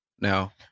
Now